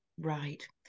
right